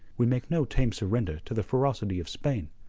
we make no tame surrender to the ferocity of spain.